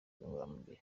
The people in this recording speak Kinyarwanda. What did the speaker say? ngororamubiri